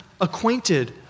acquainted